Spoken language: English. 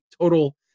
total